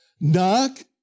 Knock